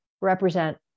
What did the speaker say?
represent